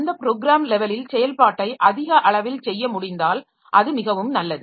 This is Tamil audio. அந்த ப்ரோக்ராம் லெவலில் செயல்பாட்டை அதிக அளவில் செய்ய முடிந்தால் அது மிகவும் நல்லது